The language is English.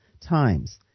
times